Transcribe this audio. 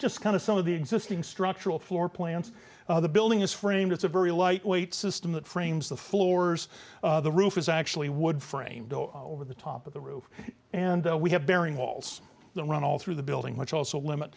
just kind of some of the existing structural floor plans the building is framed it's a very lightweight system that frames the floors the roof is actually wood framed over the top of the roof and we have bearing walls around all through the building which also